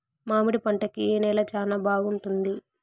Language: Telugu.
మామిడి పంట కి ఏ నేల చానా బాగుంటుంది